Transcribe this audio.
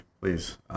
please